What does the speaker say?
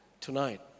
tonight